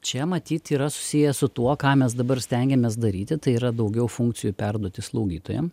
čia matyt yra susiję su tuo ką mes dabar stengiamės daryti tai yra daugiau funkcijų perduoti slaugytojam